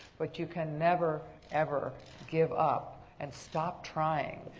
but you can never ever give up and stop trying,